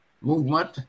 movement